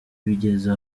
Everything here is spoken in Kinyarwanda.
bigeza